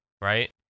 right